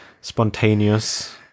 Spontaneous